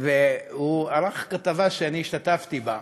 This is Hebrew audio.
הוא ערך כתבה שהשתתפתי בה.